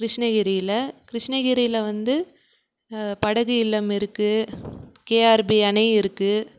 கிருஷ்ணகிரியில் கிருஷ்ணகிரியில் வந்து படகு இல்லம் இருக்குது கேஆர்பி அணை இருக்குது